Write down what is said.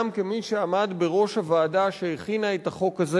גם כמי שעמד בראש הוועדה שהכינה את החוק הזה